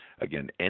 Again